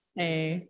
Hey